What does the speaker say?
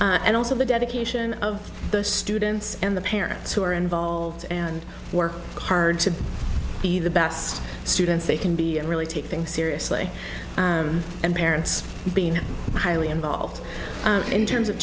and also the dedication of the students and the parents who are involved and work hard to be the best students they can be we really take things seriously and parents being highly involved in terms of